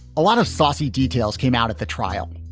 a lot of saucy details came out at the trial.